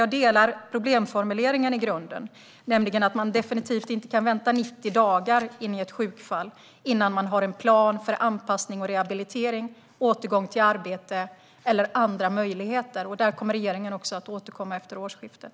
Jag håller med om problemformuleringen i grunden; man kan definitivt inte vänta 90 dagar in i ett sjukfall innan det finns en plan för anpassning och rehabilitering, återgång till arbete eller andra möjligheter. När det gäller detta återkommer regeringen också efter årsskiftet.